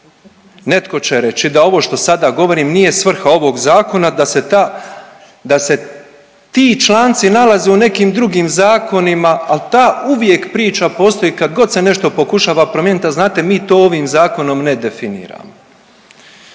Netko će reći da ovo što sada govorim nije svrha ovog zakona da se ti članci nalaze u nekim drugim zakonima, ali ta uvijek priča postoji kad god se nešto pokušava promijeniti, a znate mi to ovim zakonom ne definiramo.